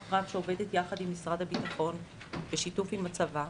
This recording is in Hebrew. קרב שעובדת ביחד עם משרד הביטחון בשיתוף עם הצבא,